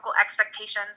expectations